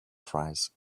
trays